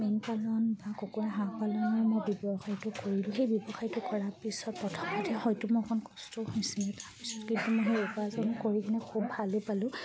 মীন পালন বা কুকুৰা হাঁহ পালন মই ব্যৱসায়টো কৰিলোঁ সেই ব্যৱসায়টো কৰাৰ পিছত প্ৰথমতে হয়তো মই অকণ কষ্ট হৈছিলে তাৰপিছত কিন্তু মই সেই উপাৰ্জন কৰি কিনে খুব ভালেই পালোঁ